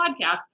podcast